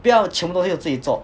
不要全部东西都自己做